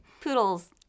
Poodles